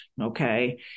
Okay